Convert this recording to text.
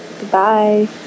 Goodbye